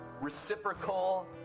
reciprocal